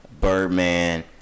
Birdman